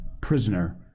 prisoner